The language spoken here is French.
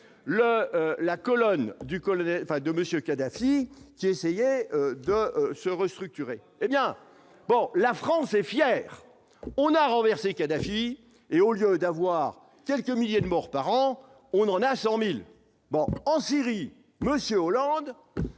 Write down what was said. du colonel fin de monsieur Kadhafi qui essayaient de se restructurer, hé bien, bon, la France est fière, on a renversé Kadhafi et au lieu d'avoir quelques milliers de morts par an, on a 100000 bon en Syrie, Monsieur Hollande